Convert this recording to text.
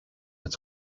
its